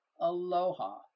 Aloha